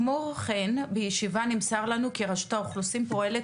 כמו כן בישיבה נמסר לנו שרשות האוכלוסין פועלת